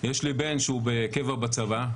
יש לי בן שהוא בקבע בצבא,